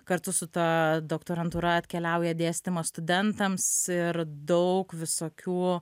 kartu su ta doktorantūra atkeliauja dėstymas studentams ir daug visokių